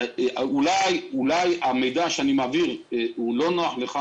אולי המידע שאני מעביר לא נוח לך,